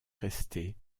resté